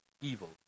evil